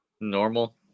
Normal